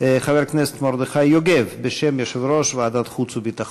חבר הכנסת מרדכי יוגב בשם יושב-ראש ועדת החוץ והביטחון.